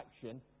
action